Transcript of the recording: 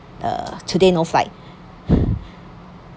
uh today no flight